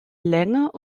länger